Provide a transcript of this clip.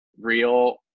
real